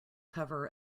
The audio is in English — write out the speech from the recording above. cover